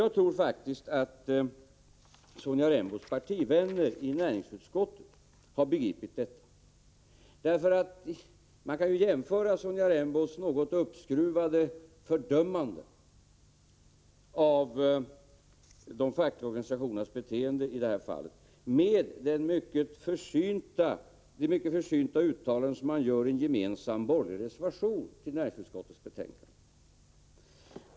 Jag tror att Sonja Rembos partivänner i näringsutskottet har begripit detta. Man kan ju jämföra Sonja Rembos något uppskruvade fördömande av de fackliga organisationernas beteende i det här fallet med det mycket försynta uttalande som man gör i en gemensam borgerlig reservation till näringsutskottets betänkande.